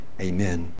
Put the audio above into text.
amen